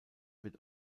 wird